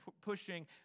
pushing